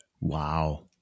Wow